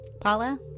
Paula